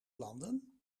landen